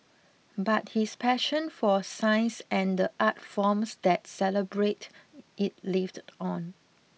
but his passion for science and the art forms that celebrate it lived on